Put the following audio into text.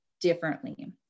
differently